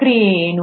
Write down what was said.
ಪ್ರಕ್ರಿಯೆ ಏನು